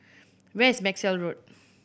where is Maxwell Road